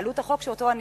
והחוק שאני הצעתי,